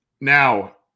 Now